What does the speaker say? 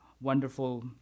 wonderful